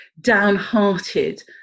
downhearted